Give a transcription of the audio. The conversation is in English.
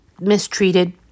mistreated